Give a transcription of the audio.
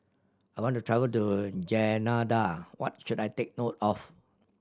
I want to travel to Grenada what should I take note of